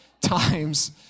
times